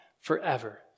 forever